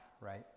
right